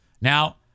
Now